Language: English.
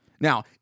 Now